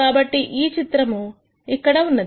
కాబట్టి ఈ చిత్రము ఇక్కడ ఉన్నది